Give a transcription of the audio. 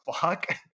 fuck